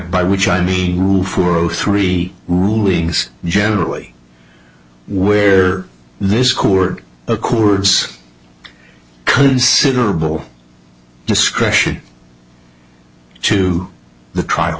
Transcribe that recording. by which i mean for over three rulings generally where this court accords considerable discretion to the trial